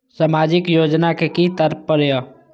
सामाजिक योजना के कि तात्पर्य?